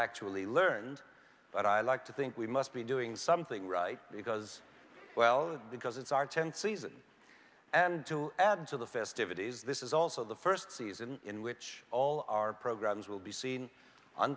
actually learned but i like to think we must be doing something right because well because it's our tenth season and to add to the festivities this is also the first season in which all our programs will be seen on